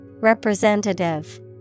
Representative